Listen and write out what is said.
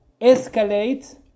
escalate